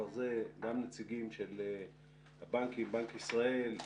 עשרות אחוזים,